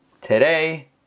Today